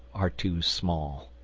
are too small.